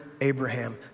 Abraham